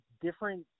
different